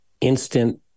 instant